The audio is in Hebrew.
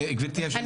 גברתי היושבת ראש,